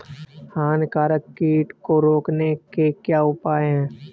हानिकारक कीट को रोकने के क्या उपाय हैं?